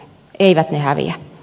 eivät ne häviä